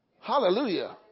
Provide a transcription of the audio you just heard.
Hallelujah